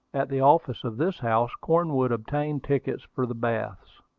at the office of this house cornwood obtained tickets for the baths.